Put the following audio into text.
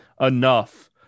enough